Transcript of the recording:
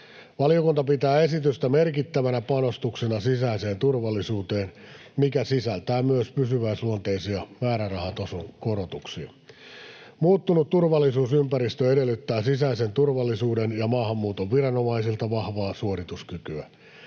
Valiokunta pitää esitystä merkittävänä panostuksena sisäiseen turvallisuuteen, mikä sisältää myös pysyväisluonteisia määrärahatason korotuksia. Muuttunut turvallisuusympäristö edellyttää sisäisen turvallisuuden ja maahanmuuton viranomaisilta vahvaa suorituskykyä.